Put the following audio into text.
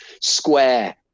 square